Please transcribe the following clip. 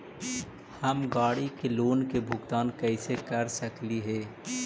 हम गाड़ी के लोन के भुगतान कैसे कर सकली हे?